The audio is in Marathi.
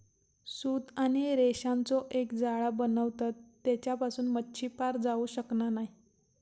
सूत आणि रेशांचो एक जाळा बनवतत तेच्यासून मच्छी पार जाऊ शकना नाय